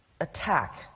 attack